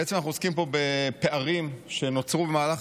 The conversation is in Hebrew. בעצם אנחנו עוסקים פה בפערים שנוצרו במהלך